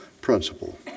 principle